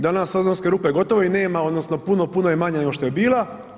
Danas ozonske rupe gotovo i nema odnosno puno, puno je manja nego što je bila.